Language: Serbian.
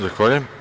Zahvaljujem.